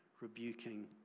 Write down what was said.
rebuking